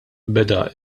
beda